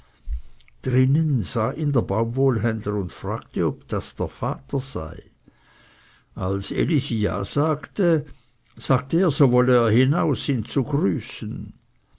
drinnen sah ihn der baumwollenhändler und fragte ob das der vater sei als elisi ja sagte sagte er so wolle er hinaus ihn zu grüßen